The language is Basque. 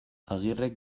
agirrek